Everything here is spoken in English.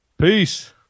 Peace